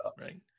right